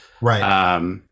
Right